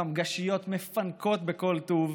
חמגשיות מפנקות בכל טוב,